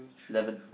eleven